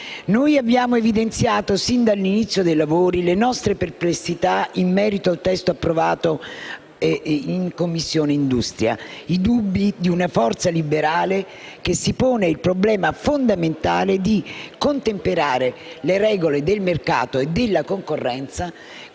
Noi abbiamo evidenziato sin dall'inizio dei lavori le nostre perplessità in merito al testo approdato in Commissione industria; i dubbi di una forza liberale, che si pone il problema fondamentale di contemperare le regole del mercato e della concorrenza